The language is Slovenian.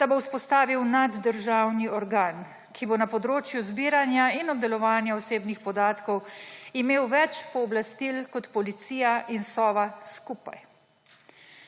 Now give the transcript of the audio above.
da bo vzpostavil naddržavni organ, ki bo na področju zbiranja in obdelovanja osebnih podatkov imel več pooblastil kot Policija in Sova skupaj.